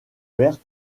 verte